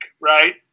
right